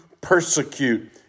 persecute